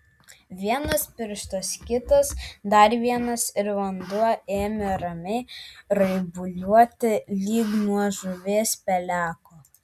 vienas pirštas kitas dar vienas ir vanduo ėmė ramiai raibuliuoti lyg nuo žuvies peleko